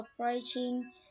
approaching